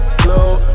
blue